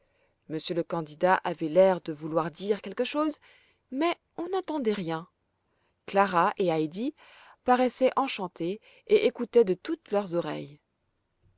monsieur le candidat avait l'air de vouloir dire quelque chose mais on n'entendait rien clara et heidi paraissaient enchantées et écoutaient de toutes leurs oreilles